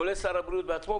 כולל שר הבריאות בעצמו,